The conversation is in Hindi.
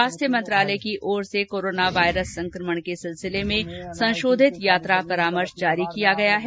स्वास्थ्य मंत्रालय की ओर से कोरोना वायरस संक्रमण के सिलसिले में संशोधित यात्रा परामर्श जारी किया गया है